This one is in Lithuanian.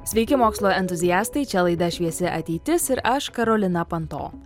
sveiki mokslo entuziastai čia laida šviesi ateitis ir aš karolina panto